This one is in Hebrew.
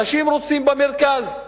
אנשים רוצים במרכז.